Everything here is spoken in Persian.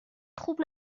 خوب